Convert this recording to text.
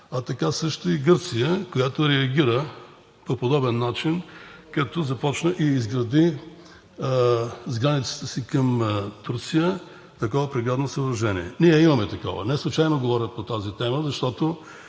а така също и от Гърция, която реагира по подобен начин, като започна и изгради с границата си към Турция такова преградно съоръжение. Ние имаме такова. Неслучайно говоря по тази тема, защото